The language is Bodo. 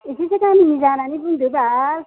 एसेसो गामिनि जानानै बुंदों बाल